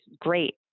great